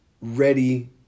ready